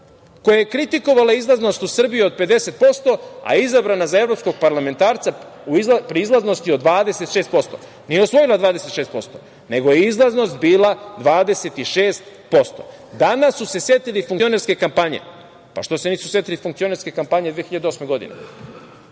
koja je kritikovala izlaznost u Srbiji od 50%, a izabrana za evropskog parlamentarca pri izlaznosti od 26%, nije osnovno 26%, nego je izlaznost bila 26%.Danas su se setili funkcionerske kampanje? Zašto se nisu setili funkcionerske kampanje 2008. godine?